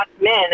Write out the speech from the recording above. men